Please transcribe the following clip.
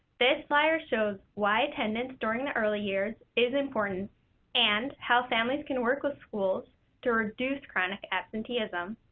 this flyer shows why attendance during the early years is important and how families can work with schools to reduce chronic absenteeism.